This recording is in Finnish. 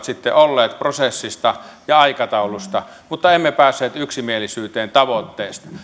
sitten ollut prosessissa ja aikataulussa mutta emme päässeet yksimielisyyteen tavoitteesta